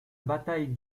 bataille